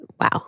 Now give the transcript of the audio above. Wow